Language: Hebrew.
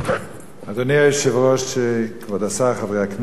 אדוני היושב-ראש, כבוד השר, חברי הכנסת,